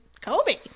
kobe